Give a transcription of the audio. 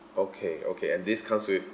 okay okay and this comes with